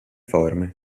forme